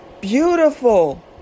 Beautiful